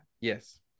yes